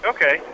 Okay